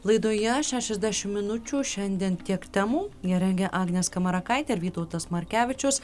laidoje šešiasdešim minučių šiandien tiek temų ją rengė agnė skamarakaitė ir vytautas markevičius